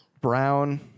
brown